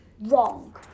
Wrong